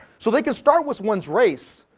so they can start with one's race,